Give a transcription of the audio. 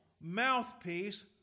mouthpiece